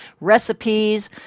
recipes